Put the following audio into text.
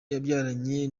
yabyaranye